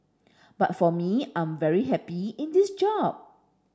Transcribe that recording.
but for me I am very happy in this job